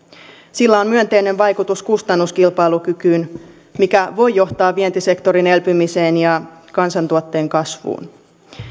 sillä on myönteinen vaikutus kustannuskilpailukykyyn mikä voi johtaa vientisektorin elpymiseen ja kansantuotteen kasvuun